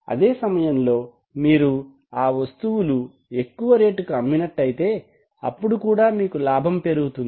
అదే సమయంలో మీరు ఆ వస్తువులు ఎక్కువ రేటుకు అమ్మినట్లైతే అప్పుడు కూడా మీకు లాభం పెరుగుతుంది